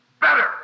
better